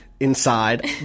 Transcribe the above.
inside